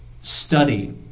study